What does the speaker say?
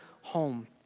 home